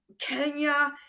Kenya